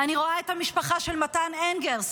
אני רואה את המשפחה של מתן אנגרסט,